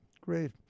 great